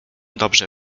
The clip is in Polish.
dobrze